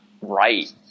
right